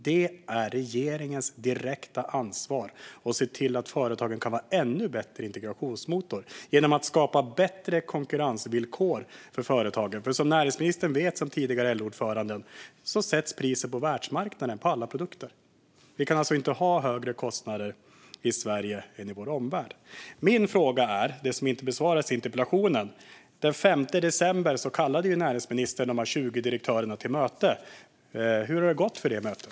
Det är regeringens direkta ansvar att se till att företagen kan vara en ännu bättre integrationsmotor genom att skapa bättre konkurrensvillkor för företagen. Som tidigare LO-ordförande vet näringsministern att priset på alla produkter sätts på världsmarknaden. Vi kan alltså inte ha högre kostnader i Sverige än i vår omvärld. Min fråga, som inte besvarades i interpellationssvaret, gäller att näringsministern den 5 december kallade dessa 20 direktörer till möte. Hur har det gått med det mötet?